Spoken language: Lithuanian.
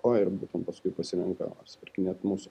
o ir būtent paskui pasirenka supirkinėti mūsų